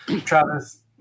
Travis